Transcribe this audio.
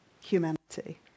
humanity